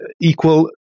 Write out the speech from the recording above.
equal